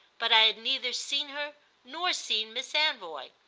but i had neither seen her nor seen miss anvoy.